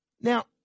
Now